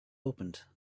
opened